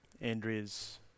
Andrea's